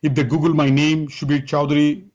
if they google my name subir chowdhury,